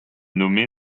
nommée